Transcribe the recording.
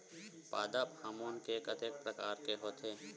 पादप हामोन के कतेक प्रकार के होथे?